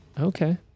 Okay